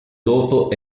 dopo